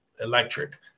electric